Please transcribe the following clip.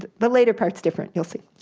the later part's different, you'll see.